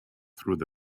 through